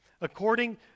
According